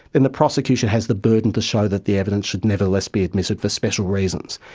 then the prosecution has the burden to show that the evidence should nevertheless be admitted for special reasons.